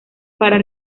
para